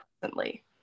presently